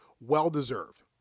Well-deserved